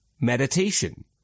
Meditation